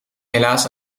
helaas